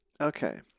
Okay